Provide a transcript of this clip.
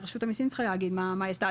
רשות המסים צריכה להגיד מה היא עשתה.